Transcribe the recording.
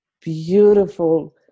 beautiful